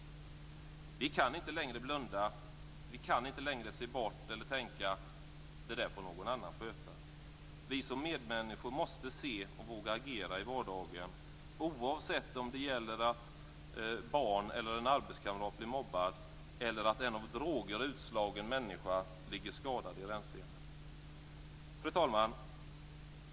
Vi kan inte längre blunda. Vi kan inte längre se bort eller tänka att det där får någon annan sköta. Vi måste som medmänniskor se och våga agera i vardagen oavsett om det gäller att ett barn eller en arbetskamrat blir mobbad eller att en av droger utslagen människa ligger skadad i rännstenen. Fru talman!